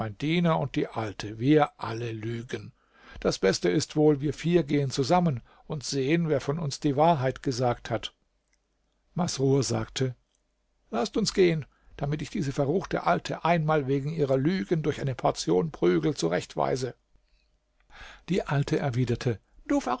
diener und die alte wir alle lügen das beste ist wohl wir vier gehen zusammen und sehen wer von uns die wahrheit gesagt hat masrur sagte laßt uns gehen damit ich diese verruchte alte einmal wegen ihrer lügen durch eine portion prügel zurechtweise die alte erwiderte du